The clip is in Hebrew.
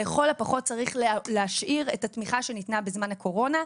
לכל הפחות צריך להשאיר את התמיכה שניתנה בזמן הקורונה,